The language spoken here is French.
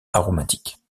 aromatiques